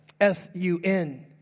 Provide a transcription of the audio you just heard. S-U-N